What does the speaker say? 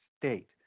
state